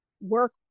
work